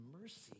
mercy